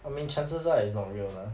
I mean chances are it's not real lah